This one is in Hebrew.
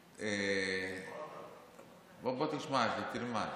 בוא, בוא, תשמע את זה, תלמד.